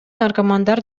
наркомандар